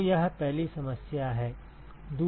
तो यह पहली समस्या है